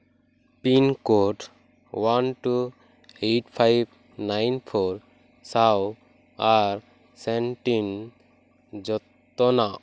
pin code one two eight five nine four ᱥᱟᱶ ᱟᱨ ᱥᱮᱱᱴᱤᱢ ᱡᱚᱛᱚᱱᱟᱜ